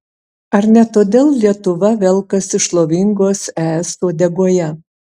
ar ne todėl lietuva velkasi šlovingos es uodegoje